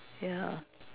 ya